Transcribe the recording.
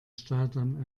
staudamm